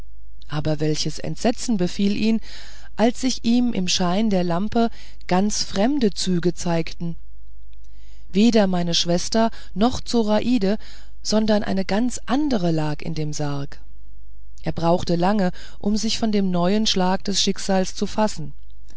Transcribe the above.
aber welches entsetzen befiel ihn als sich ihm beim scheine der lampe ganz fremde züge zeigten weder meine schwester noch zoraide sondern eine ganz andere lag in dem sarg er brauchte lange um sich von dem neuen schlag des schicksals zu fassen